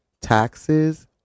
taxes